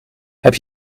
heb